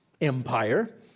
empire